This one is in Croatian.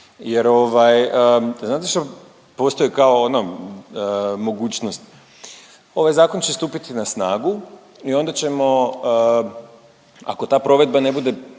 znate što postoji kao ono, mogućnost? Ovaj Zakon će stupiti na snagu i onda ćemo ako ta provedba ne bude